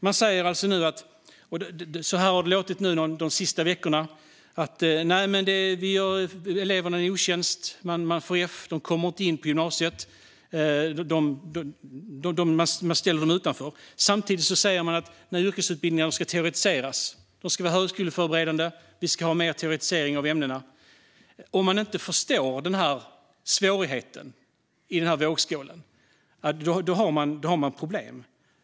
Man säger alltså nu att man gör eleverna en otjänst om de får F och inte kommer in på gymnasiet utan ställs utanför. Så har det låtit under de senaste veckorna. Samtidigt säger man att yrkesutbildningarna ska teoretiseras och bli högskoleförberedande med mer teoretisering av ämnena. Om man inte förstår svårigheterna och vad som ligger i vågskålen har man problem.